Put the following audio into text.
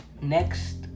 Next